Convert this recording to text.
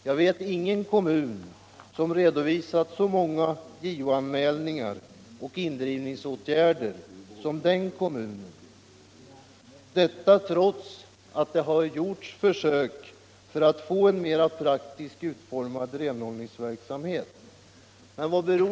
Jag känner inte till någon kommun, som kan redovisa så många JO-anmälningar och indrivningsåtgärder som den kommunen, trots att man gjort försök att få en mer praktiskt utformad renhållningsverksamhet.